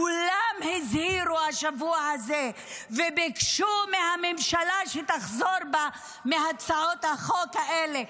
כולם הזהירו השבוע הזה וביקשו מהממשלה שתחזור בה מהצעות החוק האלה,